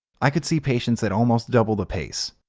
i could see patients at almost double the pace.